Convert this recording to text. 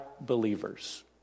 believers